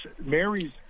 Mary's